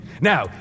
Now